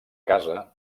casa